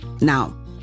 Now